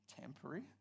temporary